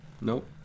Nope